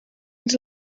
ens